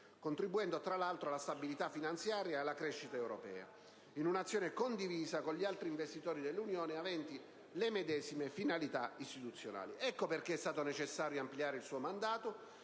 contribuendo tra l'altro alla stabilità finanziaria e alla crescita europea, in un'azione condivisa con gli altri investitori dell'Unione aventi le medesime finalità istituzionali. Ecco perché è stato necessario ampliare il suo mandato,